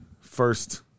first